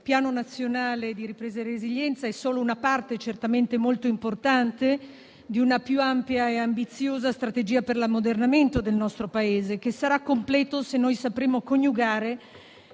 il Piano nazionale di ripresa e resilienza è solo una parte, certamente molto importante, di una più ampia e ambiziosa strategia per l'ammodernamento del nostro Paese, che sarà completo, se noi sapremo coniugare